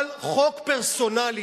אבל חוק פרסונלי,